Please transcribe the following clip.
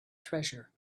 treasure